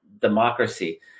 democracy